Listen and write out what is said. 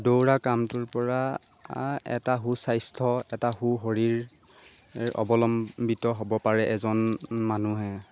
দৌৰা কামটোৰপৰা এটা সু স্বাস্থ্য এটা সু শৰীৰ অৱলম্বিত হ'ব পাৰে এজন মানুহে